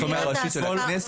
זו חקיקה ראשית של הכנסת.